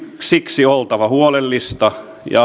siksi oltava huolellista ja